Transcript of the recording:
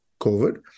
COVID